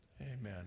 Amen